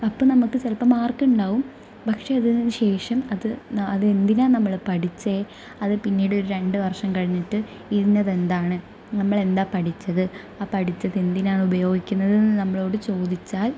അപ്പം നമുക്ക് ചിലപ്പോൾ മാർക്ക് ഉണ്ടാവും പക്ഷേ അതിന് ശേഷം അത് അത് എന്തിനാണ് നമ്മൾ പഠിച്ചത് അത് പിന്നീട് ഒരു രണ്ട് വർഷം കഴിഞ്ഞിട്ട് ഇന്നത് എന്താണ് നമ്മൾ എന്താണ് പഠിച്ചത് ആ പഠിച്ചത് എന്തിനാണ് ഉപയോഗിക്കുന്നതെന്ന് നമ്മളോട് ചോദിച്ചാൽ